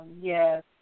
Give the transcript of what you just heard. yes